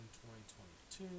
2022